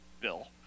Bill